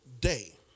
day